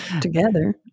together